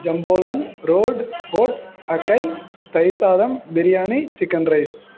ஜம்போலன் ரோட் ஓட்ஸ் அக்கை தயிர்சாதம் பிரியாணி சிக்கன் ரைஸ்